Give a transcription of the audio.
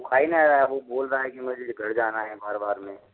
खा ही ना रहा है वो बोल रहा है मुझे घर जाना है बार बार में